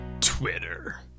Twitter